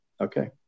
Okay